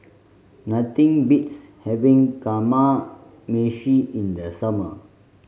nothing beats having Kamameshi in the summer